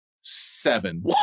seven